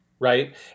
Right